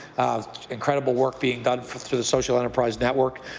incredible work being done through the social enterprise network.